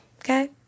Okay